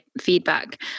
feedback